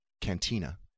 cantina